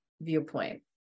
viewpoint